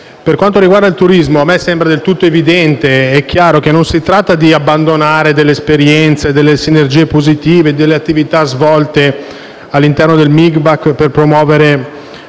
Per quanto riguarda il turismo, mi sembra del tutto evidente e chiaro che non si tratta di abbandonare delle esperienze, delle sinergie positive e delle attività svolte all'interno del MIBACT per promuovere